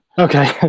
Okay